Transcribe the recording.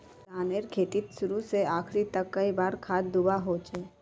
धानेर खेतीत शुरू से आखरी तक कई बार खाद दुबा होचए?